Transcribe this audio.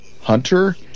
Hunter